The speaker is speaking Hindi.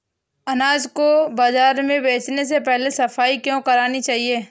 अनाज को बाजार में बेचने से पहले सफाई क्यो करानी चाहिए?